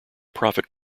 profit